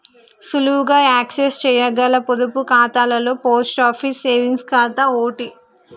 సులువుగా యాక్సెస్ చేయగల పొదుపు ఖాతాలలో పోస్ట్ ఆఫీస్ సేవింగ్స్ ఖాతా ఓటి